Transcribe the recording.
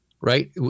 Right